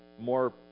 more